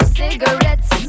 cigarettes